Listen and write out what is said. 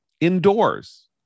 indoors